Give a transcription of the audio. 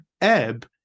ebb